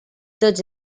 tots